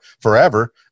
forever